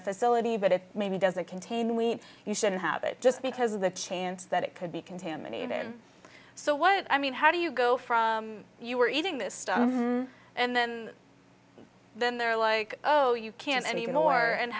the facility but it maybe doesn't contain wheat you shouldn't have it just because of the chance that it could be contaminated so what i mean how do you go from you were eating this stuff and then then they're like oh you can't even or and